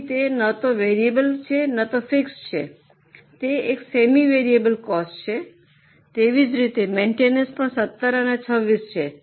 તેથી તે ન તો વેરિયેબલ છે ન તો ફિક્સડ છે તે એક સેમી વેરિયેબલ કોસ્ટ છે તેવી જ રીતે મેન્ટેનન્સ પણ 17 અને 26 છે